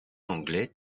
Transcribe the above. anglais